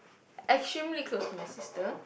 extremely close to my sister